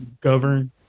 Govern